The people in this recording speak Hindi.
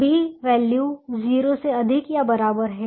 सभी वैल्यू 0 से अधिक या बराबर है